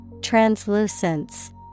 Translucence